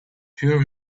pure